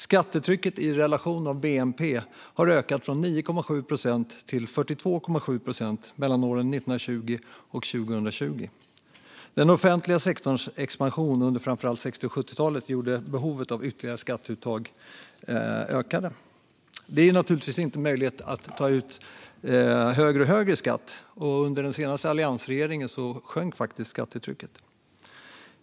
Skattetrycket i relation till bnp har ökat från 9,7 procent till 42,7 procent mellan åren 1920 och 2020. Den offentliga sektorns expansion under framför allt 60 och 70-talen gjorde att behovet av ytterligare skatteuttag ökade. Det är naturligtvis inte möjligt att ta ut högre och högre skatt. Under den senaste alliansregeringen sjönk faktiskt skattetrycket.